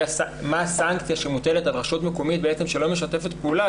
מה הסנקציה שמוטלת על רשות מקומית שלא משתפת פעולה,